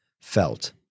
felt